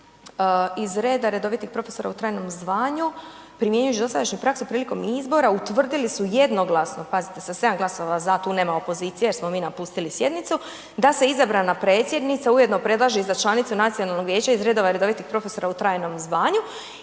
iz reda redovitih profesora u trajnom zvanju, primjenjujući dosadašnju praksu prilikom izbora utvrdili su jednoglasno pazite, sa 7 glasova za, tu nema opozicije jer smo mi napustili sjednicu, da se izabrana predsjednica ujedno predloži i za članicu nacionalnog vijeća iz redova redovitih profesora u trajnom zvanju